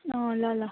अँ ल ल